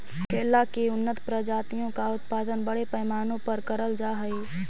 केला की उन्नत प्रजातियों का उत्पादन बड़े पैमाने पर करल जा हई